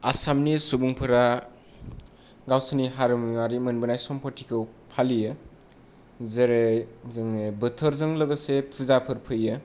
आसामनि सुबुंफोरा गावसिनि हारिमुआरि मोनबोनाय सम्फथिखौ फालियो जेरै जोंनि बोथोरजों लोगोसे फुजाफोर फैयो